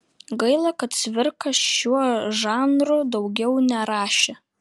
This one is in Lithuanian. gaila kad cvirka šiuo žanru daugiau nerašė